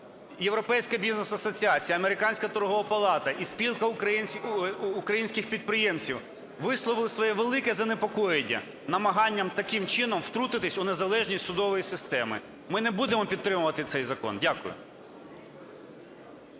Європейська Бізнес Асоціація, Американська торгова палата і Спілка українських підприємців висловили своє велике занепокоєння намаганням таким чином втрутитись у незалежність судової системи. Ми не будемо підтримувати цей закон. Дякую.